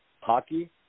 hockey